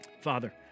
Father